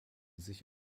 sich